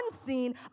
unseen